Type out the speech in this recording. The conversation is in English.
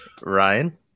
Ryan